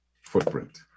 footprint